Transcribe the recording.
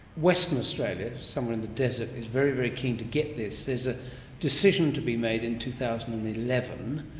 western australia, somewhere in the desert, is very, very keen to get this. there's a decision to be made in two thousand and eleven.